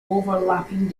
overlapping